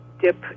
dip